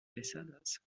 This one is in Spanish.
pesadas